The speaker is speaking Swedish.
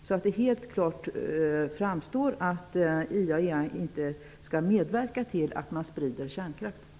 Det skall helt klart framgå att IAEA inte skall medverka till att kärnkraft sprids.